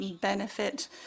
benefit